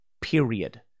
period